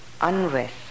unrest